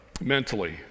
mentally